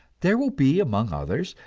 there will be, among others,